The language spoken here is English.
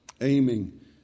aiming